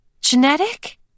genetic